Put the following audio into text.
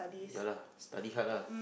ya lah study hard lah